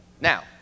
now